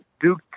Duke